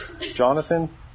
Jonathan